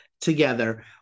together